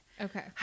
Okay